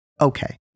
okay